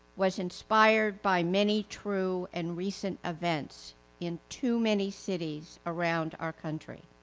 was inspired by many true and recent events in too many cities around our country.